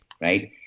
right